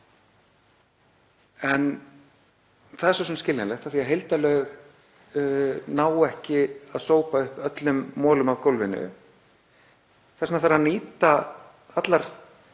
Það er svo sem skiljanlegt því að heildarlög ná ekki að sópa upp öllum molum á gólfinu. Þess vegna þarf að nýta allar